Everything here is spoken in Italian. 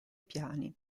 piani